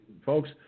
folks